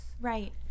Right